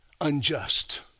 unjust